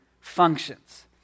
functions